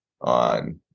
on